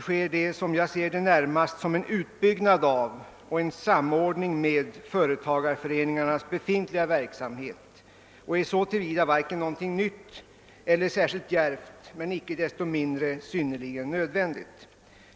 sker det, som jag ser det, närmast som en utbyggnad av och en samordning med företagarföreningarnas befintliga verksamhet, och det är så till vida varken något nytt el ler särskilt djärvt men icke desto mindre synnerligen nödvändigt.